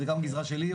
זו גם גזרה שלי,